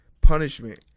punishment